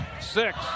six